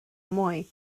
mwy